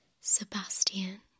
Sebastian